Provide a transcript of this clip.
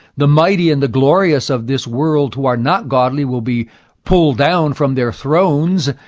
the mighty and the glorious of this world who are not godly will be pulled down from their thrones.